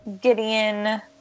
Gideon